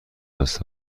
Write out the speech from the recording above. دست